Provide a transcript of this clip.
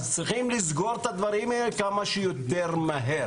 צריך לסגור את הדברים האלה כמה שיותר מהר,